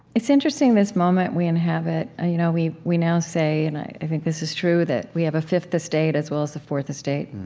it's interesting, this moment we inhabit. ah you know we we now say and i think this is true that we have a fifth estate as well as a fourth estate,